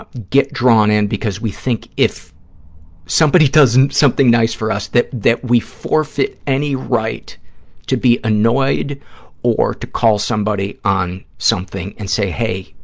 ah get drawn in because we think if somebody does and something nice for us that that we forfeit any right to be annoyed or to call somebody on something and say, hey,